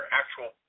actual